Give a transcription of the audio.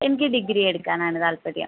എനിക്ക് ഡിഗ്രി എടുക്കാൻ ആണ് താൽപ്പര്യം